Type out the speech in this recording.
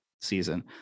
season